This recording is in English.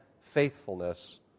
faithfulness